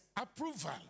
approval